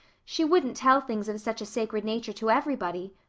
she wouldn't tell things of such a sacred nature to everybody.